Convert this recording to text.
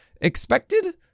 expected